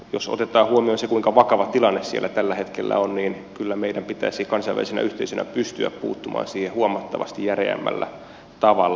jos otetaan huomioon se kuinka vakava tilanne siellä tällä hetkellä on niin kyllä meidän pitäisi kansainvälisenä yhteisönä pystyä puuttumaan siihen huomattavasti järeämmällä tavalla